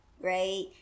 right